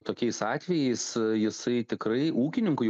tokiais atvejais jisai tikrai ūkininkui